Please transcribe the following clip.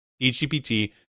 DGPT